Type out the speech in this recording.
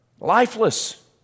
lifeless